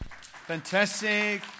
Fantastic